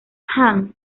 jan